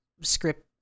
script